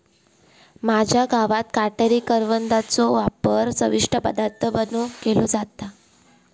माझ्या गावात काटेरी करवंदाचो वापर चविष्ट पदार्थ बनवुक केलो जाता